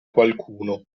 qualcuno